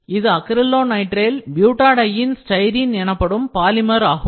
இது acrylonitrile butadiene styrene எனப்படும் polymer ஆகும்